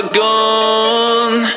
gone